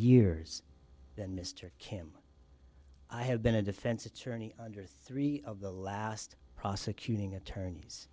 years than mr kim i have been a defense attorney under three of the last prosecuting attorneys